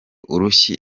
urushyi